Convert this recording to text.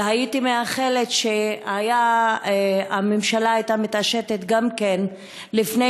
והייתי מאחלת שהממשלה הייתה מתעשתת גם לפני